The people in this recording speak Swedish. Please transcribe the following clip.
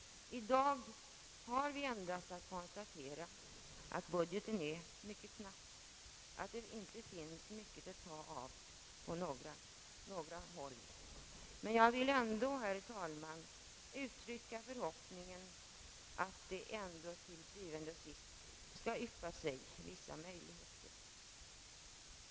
I dag har vi endast att konstatera att budgeten är mycket knapp, att det inte finns mycket att ta av på något håll. Men jag vill ändå, herr talman, uttrycka förhoppningen att det dock til syvende og sidst skall yppa sig vissa möjligheter.